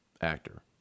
actor